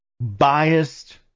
biased